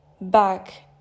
back